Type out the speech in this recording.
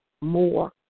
more